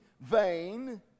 vain